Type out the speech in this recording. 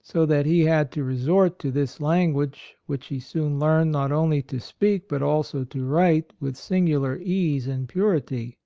so that he had to resort to this language, which he soon learned not only to speak but also to write with singular ease and purity.